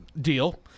deal